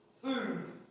food